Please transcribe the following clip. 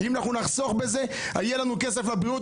אם אנחנו נחסוך בזה יהיה לנו כסף לבריאות,